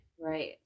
Right